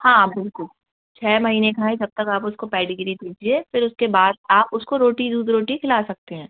हाँ बिल्कुल छः महीने का है जब तक आप उसको पेडिग्री दीजिए फिर उसके बाद आप उसको रोटी दूध रोटी खिला सकतीं हैं